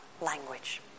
language